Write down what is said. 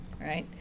right